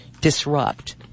disrupt